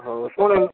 ହଉ ଶୁଣ୍